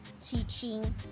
teaching